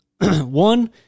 one